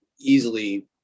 easily